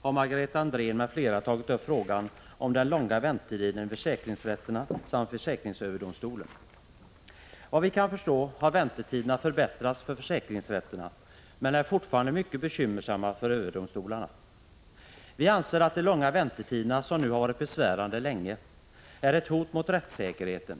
har Margareta Andrén m.fl. tagit upp frågan om den långa väntetiden vid försäkringsrätterna samt försäkringsöverdomstolen. Efter vad vi kan förstå har väntetiderna förbättrats för försäkringsrätterna men är fortfarande mycket bekymmersamma för överdomstolarna. Vi anser att de långa väntetiderna, som nu sedan länge har varit besvärande, är ett hot mot rättssäkerheten.